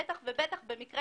בטח ובטח במקרה